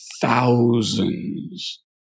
thousands